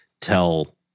tell